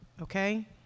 okay